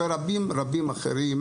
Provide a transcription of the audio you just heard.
ורבים אחרים,